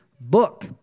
book